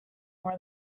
more